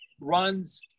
runs